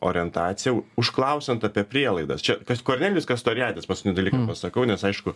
orientacija užklausiant apie prielaidas čia kas kornelijus kastorijadis paskutinį dalyką pasakau nes aišku